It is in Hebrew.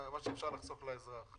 מה שאפשר לחסוך לאזרח.